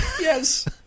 yes